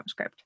JavaScript